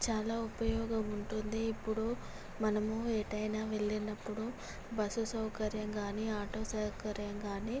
చాలా ఉపయోగం ఉంటుంది ఇప్పుడు మనము ఎటైనా వెళ్ళినప్పుడు బస్సు సౌకర్యం కానీ ఆటో సౌకర్యం కానీ